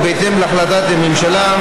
ובהתאם להחלטת הממשלה,